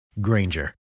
Granger